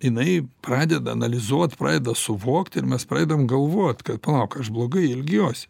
jinai pradeda analizuot pradeda suvokti ir mes pradedame galvot kad palauk aš blogai elgiuosi